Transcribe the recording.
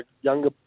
younger